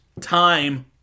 time